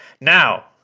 now